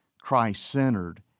Christ-centered